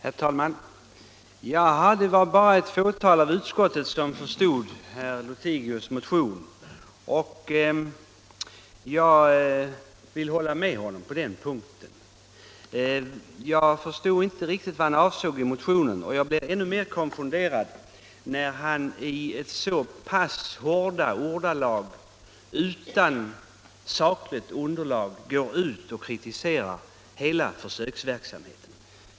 Herr talman! Det var bara ett fåtal av utskottets ledamöter som förstod motionen 1561, säger herr Lothigius, och jag vill hålla med honom på den punkten. Jag förstod inte riktigt vad herr Lothigius avsåg med motionen, och jag blev ännu mer konfunderad när herr Lothigius här i så pass hårda ordalag, utan saklig grund, kritiserade hela försöksverksamheten.